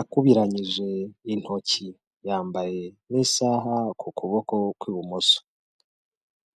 akubiranyije intoki yambaye n'isaha ku kuboko kw'ibumoso.